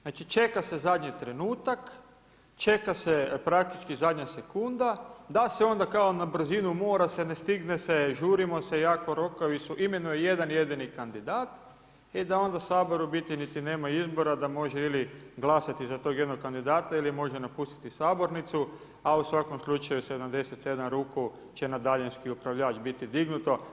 Znači čeka se zadnji trenutak, čeka se praktički zadnja sekunda, da se onda kao na brzinu mora se, ne stigne se, žurimo se jako, rokovi su, imenuje jedan jedni kandidat i da onda Sabor u biti niti nema izbora, da može ili glasati za tog jednog kandidata ili može napustiti sabornicu, a u svakom slučaju 77 ruku će na daljanski upravljač biti dignuto.